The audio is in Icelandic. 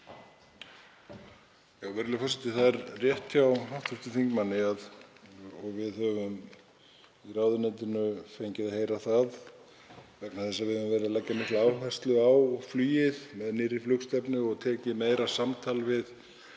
Virðulegur forseti. Það er rétt hjá hv. þingmanni, og við í ráðuneytinu höfum fengið að heyra það, vegna þess að við höfum verið að leggja mikla áherslu á flugið með nýrri flugstefnu og tekið meira samtal við